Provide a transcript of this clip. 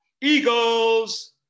Eagles